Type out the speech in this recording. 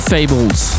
Fables